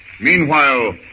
Meanwhile